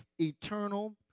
eternal